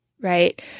right